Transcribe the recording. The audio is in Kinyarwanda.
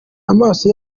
amaso